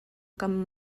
kam